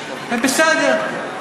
בסדר.